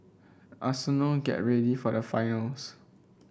Arsenal get ready for the finals